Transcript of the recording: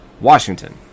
Washington